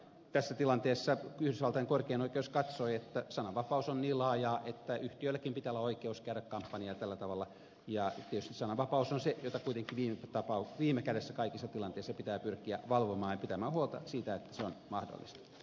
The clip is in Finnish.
tässä tilanteessa yhdysvaltain korkein oikeus katsoi että sananvapaus on niin laajaa että yhtiölläkin pitää olla oikeus käydä kampanjaa tällä tavalla ja tietysti sananvapaus on se jota kuitenkin viime kädessä kaikissa tilanteissa pitää pyrkiä valvomaan ja pitämään huolta siitä että se on mahdollista